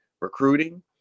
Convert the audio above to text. recruiting